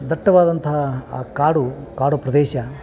ದಟ್ಟವಾದಂತಹ ಆ ಕಾಡು ಕಾಡು ಪ್ರದೇಶ